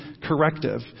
corrective